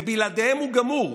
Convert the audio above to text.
ובלעדיהם הוא גמור.